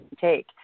take